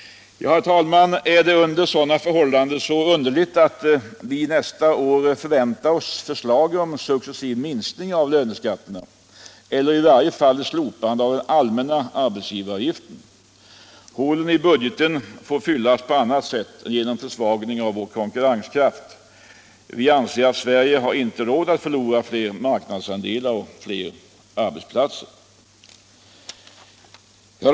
Herr talman! Är det under dessa förhållanden så underligt att vi nästa år förväntar oss förslag om successiv minskning av löneskatterna eller i varje fall ett slopande av den allmänna arbetsgivaravgiften? Hålen i budgeten får fyllas på annat sätt än genom försvagning av vår konkurrenskraft. Vi anser att Sverige inte har råd att förlora fler marknadsandelar och fler arbetsplatser.